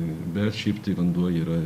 bet šiaip tai vanduo yra